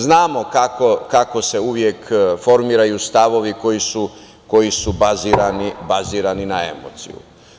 Znamo kako se uvek formiraju stavovi koji su bazirani na emociju.